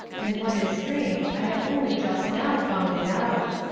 and what is strange, i have only just now found it out.